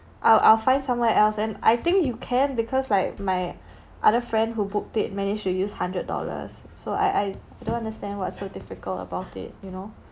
I'll I'll find somewhere else and I think you can because like my other friend who booked it managed to use hundred dollars so I I don't understand what's so difficult about it you know